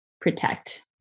protect